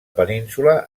península